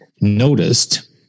noticed